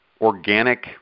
organic